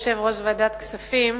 יושב-ראש ועדת הכספים,